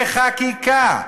בחקיקה.